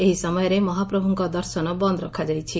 ଏହି ସମୟରେ ମହାପ୍ରଭୁଙ୍କ ଦର୍ଶନ ବନ୍ଦ ରଖାଯାଇଛି